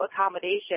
accommodation